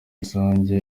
rusange